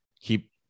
keep